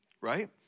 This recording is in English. right